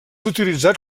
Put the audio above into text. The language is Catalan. utilitzat